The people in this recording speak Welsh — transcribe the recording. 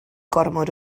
gormod